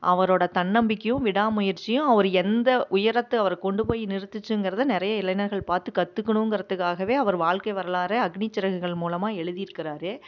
அவரோட தன்னம்பிக்கையும் விடாமுயற்சியும் அவர் எந்த உயரத்தை அவர் கொண்டு போய் நிறுத்திச்சிங்கிறதை நிறைய இளைஞர்கள் பார்த்து கற்றுக்கணுங்கிறதுக்காகவே அவர் வாழ்க்கை வரலாறை அக்னி சிறகுகள் மூலமா எழுதியிருக்கறாரு